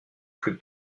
plus